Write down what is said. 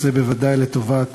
וזה ודאי לטובת